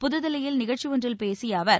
புதுதில்லியில் நிகழ்ச்சி ஒன்றில் பேசிய அவர்